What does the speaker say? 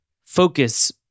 focus